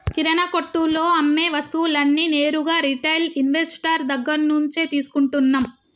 కిరణా కొట్టులో అమ్మే వస్తువులన్నీ నేరుగా రిటైల్ ఇన్వెస్టర్ దగ్గర్నుంచే తీసుకుంటన్నం